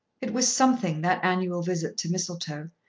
it was something that annual visit to mistletoe,